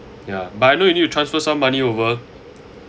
ya but I know you need to transfer some money over